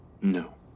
No